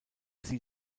sie